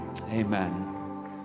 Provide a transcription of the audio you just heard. Amen